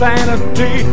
Sanity